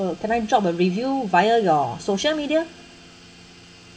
or can I drop a review via your social media